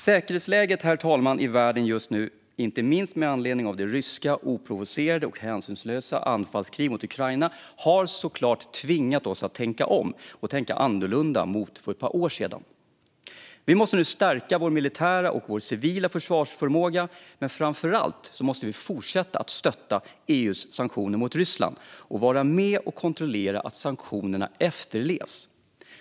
Säkerhetsläget i världen just nu, inte minst med anledning av det ryska oprovocerade och hänsynslösa anfallskriget mot Ukraina, har såklart tvingat oss att tänka om och tänka annorlunda än för ett par år sedan. Vi måste nu stärka vår militära och civila försvarsförmåga, men framför allt måste vi fortsätta att stötta EU:s sanktioner mot Ryssland och vara med och kontrollera att sanktionerna efterlevs.